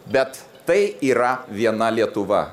bet tai yra viena lietuva